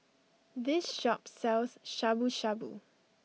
this shop sells Shabu Shabu